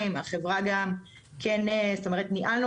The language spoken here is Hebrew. התקנות כדי להגיד להם: אנחנו פותחים את העולם הזה,